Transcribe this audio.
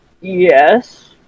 Yes